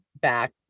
back